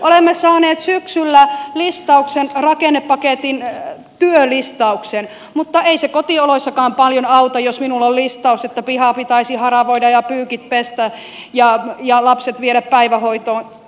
olemme saaneet syksyllä rakennepaketin työlistauksen mutta ei se kotioloissakaan paljon auta jos minulla on listaus että piha pitäisi haravoida ja pyykit pestä ja lapset viedä päivähoitoon